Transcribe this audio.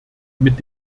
mit